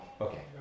Okay